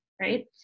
right